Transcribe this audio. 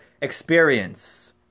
experience